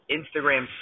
Instagram